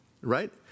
right